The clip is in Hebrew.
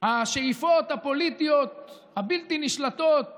השאיפות הפוליטיות הבלתי-נשלטות לכוח,